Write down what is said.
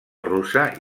russa